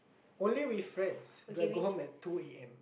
only with friends do I go home at two A_M